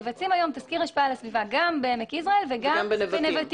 מבצעים היום תסקיר השפעה על הסביבה גם בעמק יזרעאל וגם בנבטים.